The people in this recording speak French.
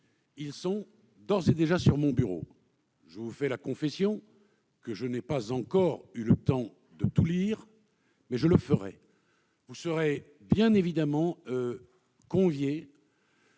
ils sont d'ores et déjà sur mon bureau. Je vous le confesse, je n'ai pas encore eu le temps de tout lire ... Mais je le ferai. Vous serez bien évidemment tous conviés.